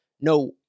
no